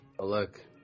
look